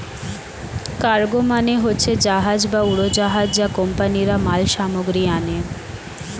cargo মানে হচ্ছে জাহাজ বা উড়োজাহাজ যা কোম্পানিরা মাল সামগ্রী আনে